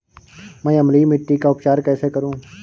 मैं अम्लीय मिट्टी का उपचार कैसे करूं?